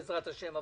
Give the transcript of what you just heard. בעזרת השם,